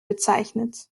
bezeichnet